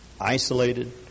isolated